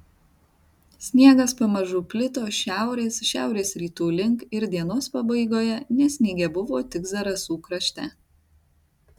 sniegas pamažu plito šiaurės šiaurės rytų link ir dienos pabaigoje nesnigę buvo tik zarasų krašte